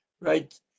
right